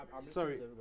Sorry